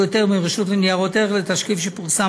היתר מרשות ניירות ערך לתשקיף שפורסם,